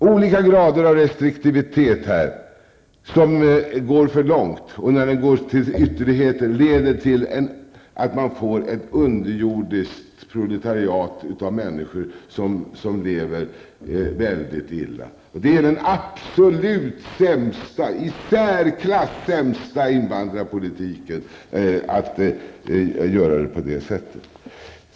Olika grader av restriktivitet som går för långt, som går till ytterligheter, leder till att man får ett underjordiskt proletariat av människor som lever illa. Det är den i absolut särklass sämsta invandrarpolitiken.